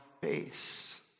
face